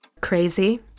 crazy